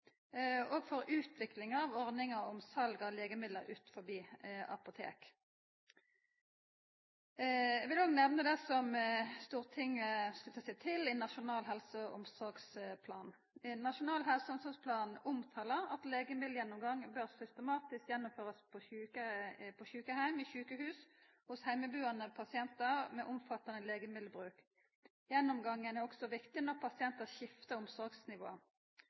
og for utviklinga av ordninga om sal av legemiddel utanfor apotek. Eg vil òg nemna det som Stortinget slutta seg til i Nasjonal helse- og omsorgsplan: Nasjonal helse- og omsorgsplan omtalar at legemiddelgjennomgang bør gjennomførast systematisk på sjukeheimar, i sjukehus og hos heimebuande pasientar med omfattande legemiddelbruk. Gjennomgangen er òg viktig når pasientar skiftar omsorgsnivå.